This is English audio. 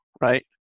right